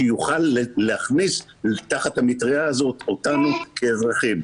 שיוכל להכניס תחת המטריה הזאת אותנו כאזרחים.